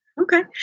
Okay